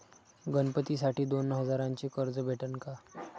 गणपतीसाठी दोन हजाराचे कर्ज भेटन का?